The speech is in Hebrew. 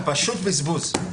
248. 254. אתה פשוט בזבוז.